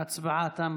ההצבעה תמה.